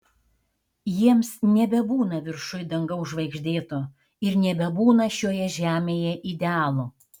jiems nebebūna viršuj dangaus žvaigždėto ir nebebūna šioje žemėje idealo